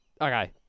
Okay